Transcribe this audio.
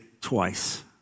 twice